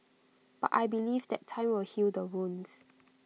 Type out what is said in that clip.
but I believe that time will heal the wounds